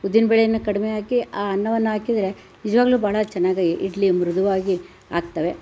ಉದ್ದಿನ ಬೇಳೆಯನ್ನು ಕಡಿಮೆ ಹಾಕಿ ಆ ಅನ್ನವನ್ನು ಹಾಕಿದ್ರೆ ನಿಜವಾಗ್ಲೂ ಭಾಳ ಚೆನ್ನಾಗಿ ಇಡ್ಲಿ ಮೃದುವಾಗಿ ಆಗ್ತವೆ